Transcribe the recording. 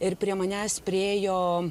ir prie manęs priėjo